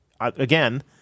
Again